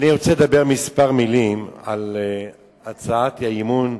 אני רוצה לומר מלים מספר על הצעת האי-אמון,